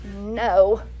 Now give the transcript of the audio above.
no